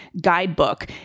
guidebook